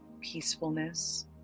peacefulness